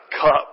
cup